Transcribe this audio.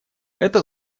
это